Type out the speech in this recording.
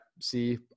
see